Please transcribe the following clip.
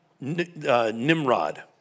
Nimrod